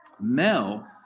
Mel